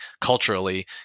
culturally